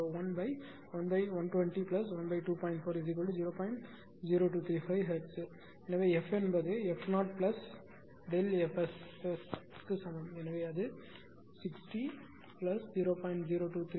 0235 Hz எனவே f என்பது f 0ΔF SS க்கு சமம் எனவே அது 60 பிளஸ் 0